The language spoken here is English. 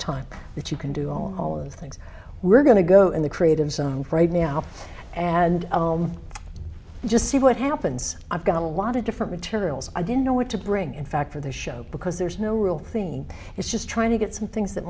time that you can do all all of those things we're going to go in the creative zone right now and just see what happens i've got a lot of different materials i didn't know what to bring in fact for the show because there's no real thing it's just trying to get some things that